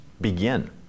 begin